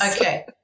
Okay